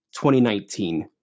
2019